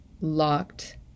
locked